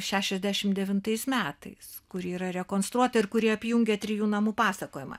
šešiasdešimt devintais metais kur yra rekonstruota ir kuri apjungia trijų namų pasakojimą